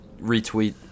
retweet